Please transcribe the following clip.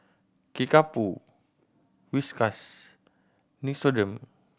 Kickapoo Whiskas Nixoderm